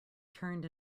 turned